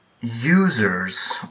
users